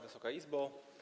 Wysoka Izbo!